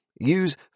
Use